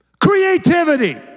Creativity